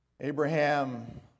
Abraham